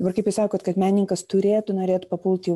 dabar kaip jūs sakot kad menininkas turėtų norėt papult į